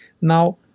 Now